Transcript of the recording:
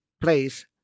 place